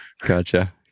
Gotcha